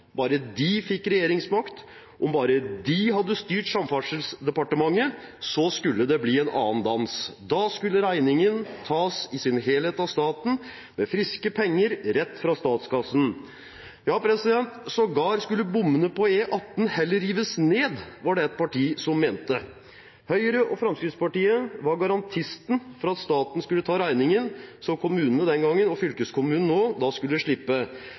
bare de fikk regjeringsmakt, om bare de hadde styrt Samferdselsdepartementet, så skulle det bli en annen dans. Da skulle regningen tas i sin helhet av staten, med friske penger rett fra statskassen. Sågar skulle bommene på E18 heller rives ned, var det et parti som mente. Høyre og Fremskrittspartiet var garantisten for at staten skulle ta regningen, så kommunene den gangen, og fylkeskommunene nå, skulle slippe.